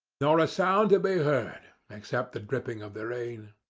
nor a sound to be heard, except the dripping of the rain.